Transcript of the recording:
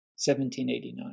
1789